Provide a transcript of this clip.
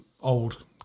old